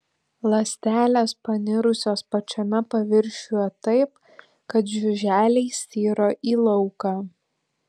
ląstelės panirusios pačiame paviršiuje taip kad žiuželiai styro į lauką